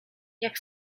jak